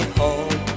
home